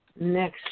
next